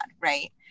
right